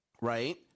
right